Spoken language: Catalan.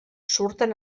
surten